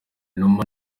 numa